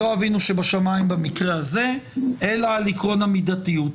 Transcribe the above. לא אבינו שבשמים במקרה הזה אלא על עקרון המידתיות.